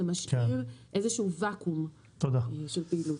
זה משאיר איזשהו ואקום של פעילות.